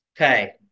Okay